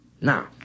Now